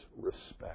respect